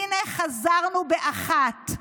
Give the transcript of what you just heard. הינה חזרנו באחת,